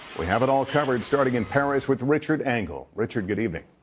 we have it all covered, starting in paris with richard engel. richard, good evening.